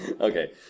Okay